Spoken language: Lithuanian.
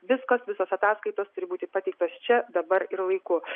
viskas visos ataskaitos turi būti pateiktos čia dabar ir laiku